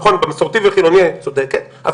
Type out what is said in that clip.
במסורתי והחילוני את צודקת,